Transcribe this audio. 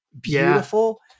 beautiful